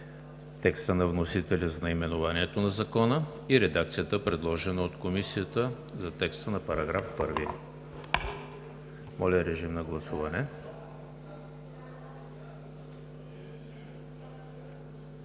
текста на вносителя за наименованието на Закона и редакцията, предложена от Комисията за текста на § 1. Моля, гласувайте.